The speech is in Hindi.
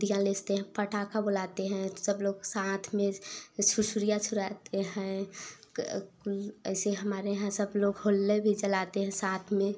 दिया लेसते हैं पटाखा बोलाते हैं तो सब लोग साथ में छुरछुरिया छुराते हैं ऐसे ही हमारे यहाँ सब लोग होल्लै भी जलाते हैं साथ में